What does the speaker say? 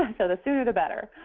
um so the sooner the better.